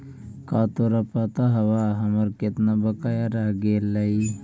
का तोरा पता हवअ हमर केतना बकाया रह गेलइ